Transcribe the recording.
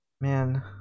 man